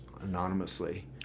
anonymously